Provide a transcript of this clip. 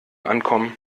ankommen